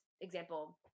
example